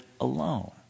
alone